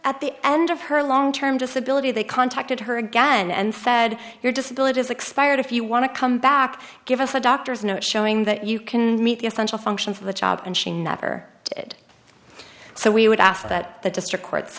at the end of her long term disability they contacted her again and said your disability is expired if you want to come back give us a doctor's note showing that you can meet the essential functions of the job and she never did so we would ask that the district court's